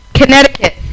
Connecticut